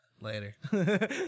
later